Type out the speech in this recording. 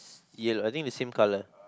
yellow I think the same colour